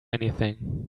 anything